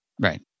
Right